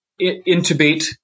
intubate